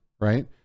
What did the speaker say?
right